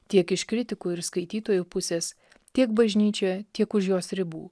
tiek iš kritikų ir iš skaitytojų pusės tiek bažnyčioje tiek už jos ribų